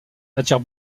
attire